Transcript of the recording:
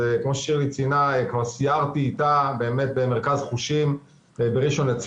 כמו ששירלי ציינה סיירתי איתה באמת במרכז חושים בראשל"צ,